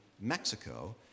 Mexico